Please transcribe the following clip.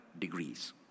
degrees